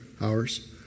hours